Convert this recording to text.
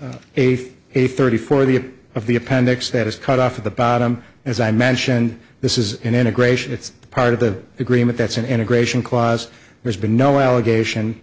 of a thirty for the of of the appendix that is cut off at the bottom as i mentioned this is an integration it's part of the agreement that's an integration clause there's been no allegation